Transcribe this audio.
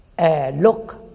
look